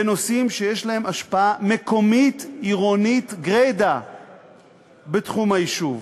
בנושאים שיש להם השפעה מקומית-עירונית גרידא בתחום היישוב?